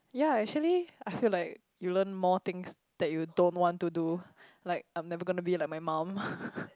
ya actually I feel like you learn more things that you don't want to do like I'm never gonna be like my mum